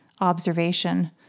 observation